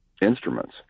instruments